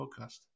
podcast